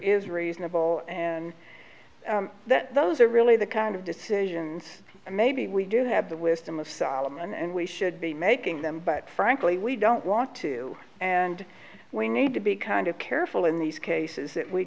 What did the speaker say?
is reasonable and that those are really the kind of decisions and maybe we do have the wisdom of solomon and we should be making them but frankly we don't want to and we need to be kind of careful in these cases that we